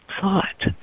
thought